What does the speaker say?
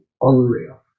unreal